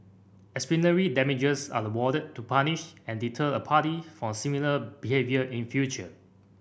exemplary damages are awarded to punish and deter a party for similar behaviour in future